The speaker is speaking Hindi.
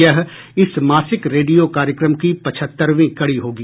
यह इस मासिक रेडियो कार्यक्रम की पचहत्तरवीं कड़ी होगी